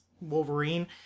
Wolverine